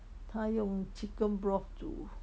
他用 chicken broth 煮